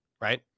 right